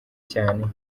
cyane